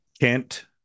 Kent